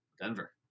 Denver